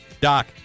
Doc